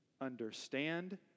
understand